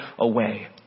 away